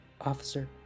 Officer